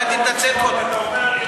אולי תתנצל קודם.